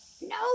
No